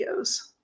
videos